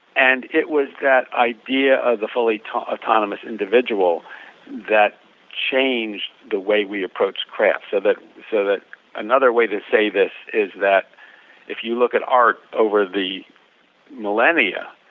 and it was that idea of the fully autonomous individual that changed the way we approached craft so that so that another way to say this is that if you look at art over the millennia,